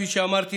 כפי שאמרתי,